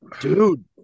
dude